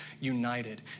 united